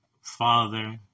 Father